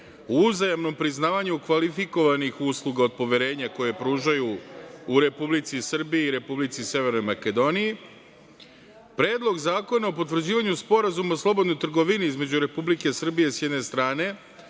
uzajamnom priznavanju kvalifikovanih usluga od poverenja koje pružaju u Republici Srbiji i Republici Severne Makedonije, Predlog zakona o potvrđivanju Sporazuma o slobodnoj trgovini između Republike Srbije, s jedne strane,